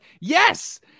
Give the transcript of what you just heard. yes